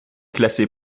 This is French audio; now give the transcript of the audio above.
classé